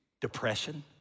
Depression